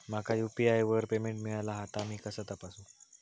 माका यू.पी.आय वर पेमेंट मिळाला हा ता मी कसा तपासू?